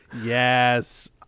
Yes